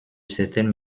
certaines